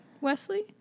Wesley